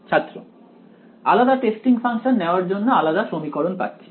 ছাত্র আলাদা testing function নেওয়ার জন্য আলাদা সমীকরণ পাচ্ছি